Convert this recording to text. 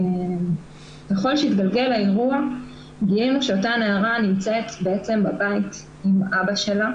ככל שהתגלגל האירוע גילינו שאותה נערה נמצאת בבית עם אבא שלה,